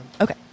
Okay